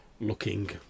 looking